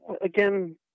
again